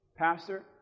Pastor